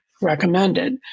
recommended